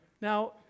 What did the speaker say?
Now